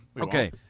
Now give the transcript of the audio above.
Okay